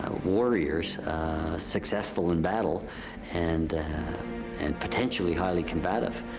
ah warriors successful in battle and and potentially highly combative.